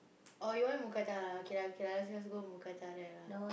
or you want mookata lah okay lah okay lah let's go mookata there lah